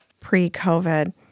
pre-COVID